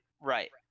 Right